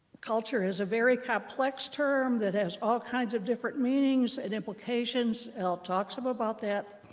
culture is a very complex term that has all kinds of different meanings and implications, and i'll talk some about that.